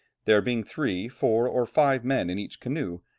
there being three, four, or five men in each canoe,